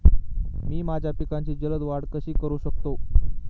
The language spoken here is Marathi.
मी माझ्या पिकांची जलद वाढ कशी करू शकतो?